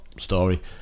story